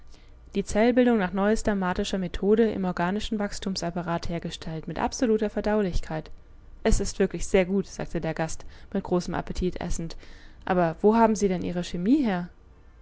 die zellbildung nach neuester martischer methode im organischen wachstumsapparat hergestellt mit absoluter verdaulichkeit es ist wirklich sehr gut sagte der gast mit großem appetit essend aber wo haben sie denn ihre chemie her